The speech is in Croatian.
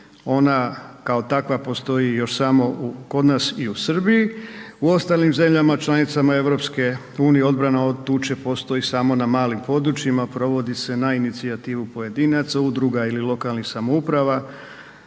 Ona kao takva postoji još samo u, kod nas i u Srbiji. U ostalim zemljama članicama EU odbrana od tuče postoji samo na malim područjima, provodi se na inicijativu pojedinaca, udruga ili lokalnih samouprava.